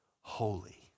Holy